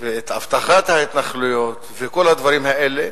ואת אבטחת ההתנחלויות ואת כל הדברים האלה,